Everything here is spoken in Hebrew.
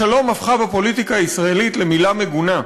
השלום הפך בפוליטיקה הישראלית למילה מגונה,